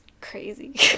crazy